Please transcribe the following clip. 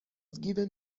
given